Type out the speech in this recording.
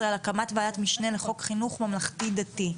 על הקמת ועדת משנה לחוק חינוך ממלכתי דתי.